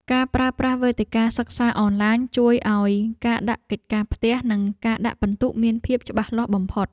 ការប្រើប្រាស់វេទិកាសិក្សាអនឡាញជួយឱ្យការដាក់កិច្ចការផ្ទះ និងការដាក់ពិន្ទុមានភាពច្បាស់លាស់បំផុត។